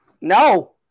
no